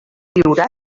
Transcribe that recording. viurà